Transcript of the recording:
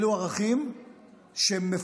אלו ערכים שמפורטים